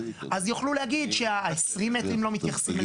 אז יוכלו להגיד שלעשרים מטרים לא יתייחסו.